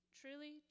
truly